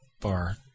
bar